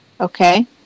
Okay